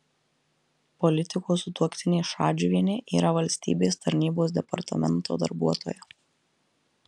politiko sutuoktinė šadžiuvienė yra valstybės tarnybos departamento darbuotoja